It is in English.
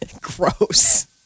Gross